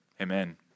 amen